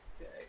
Okay